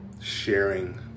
sharing